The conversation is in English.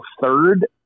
third